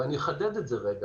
אני אחדד את זה רגע.